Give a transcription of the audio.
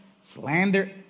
slander